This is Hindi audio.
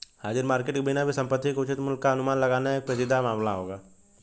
हाजिर मार्केट के बिना भी संपत्ति के उचित मूल्य का अनुमान लगाना एक पेचीदा मामला होगा